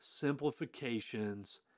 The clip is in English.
simplifications